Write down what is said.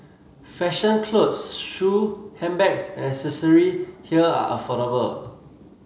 fashion clothes shoe handbags and accessory here are affordable